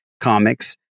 comics